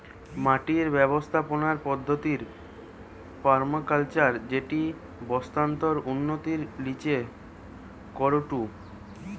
মাটির ব্যবস্থাপনার পদ্ধতির পার্মাকালচার যেটি বাস্তুতন্ত্রের উন্নতির লিগে করাঢু